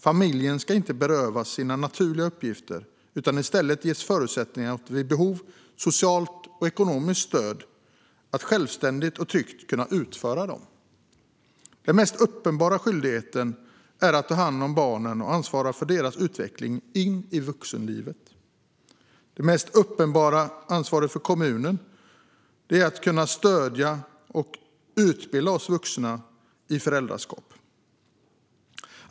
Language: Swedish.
Familjen ska inte berövas sina naturliga uppgifter utan i stället ges förutsättningar och vid behov socialt och ekonomiskt stöd att självständigt och tryggt kunna utföra dem. Den mest uppenbara skyldigheten är att ta hand om barnen och ansvara för deras utveckling in i vuxenlivet. Det mest uppenbara ansvaret för kommunen är att kunna stödja och utbilda oss vuxna i föräldraskap.